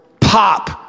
pop